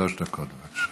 שלוש דקות, בבקשה.